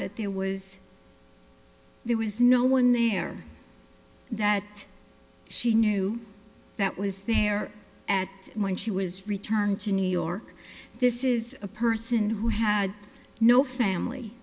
that there was there was no one there that she knew that was there at when she was returned to new york this is a person who had no family